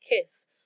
kiss